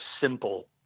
simple